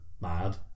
mad